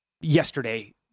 yesterday